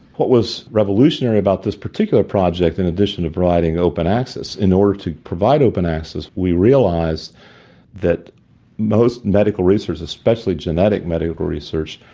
what was revolutionary about this particular project in addition to providing open access, in order to provide open access we realised that most medical research, especially genetic medical research,